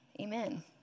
Amen